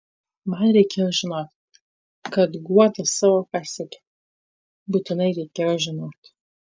man reikėjo žinoti kad guoda savo pasiekė būtinai reikėjo žinoti